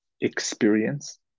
experience